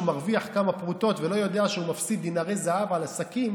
מרוויח כמה פרוטות ולא יודע שהוא מפסיד דינרי זהב על השקים.